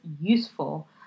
useful